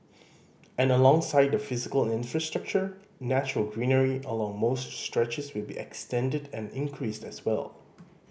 and alongside the physical infrastructure natural greenery along most stretches will be extended and increased as well